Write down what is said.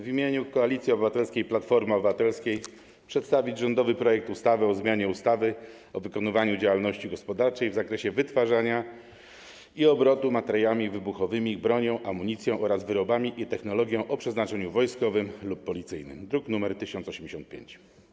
W imieniu Koalicji Obywatelskiej - Platformy Obywatelskiej mam zaszczyt przedstawić rządowy projekt ustawy o zmianie ustawy o wykonywaniu działalności gospodarczej w zakresie wytwarzania i obrotu materiałami wybuchowymi, bronią, amunicją oraz wyrobami i technologią o przeznaczeniu wojskowym lub policyjnym, druk nr 1085.